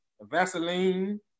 Vaseline